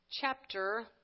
chapter